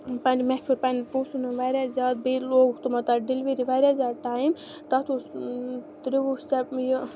پَنٛنہِ مےٚ فیوٗر پَنٛنٮ۪ن پونٛسَن ہُنٛد واریاہ زیادٕ بیٚیہِ لوگُکھ تِمَن تَتہِ ڈِلؤری واریاہ زیادٕ ٹایم تَتھ اوس ترٛووُہ سٮ۪پ یہِ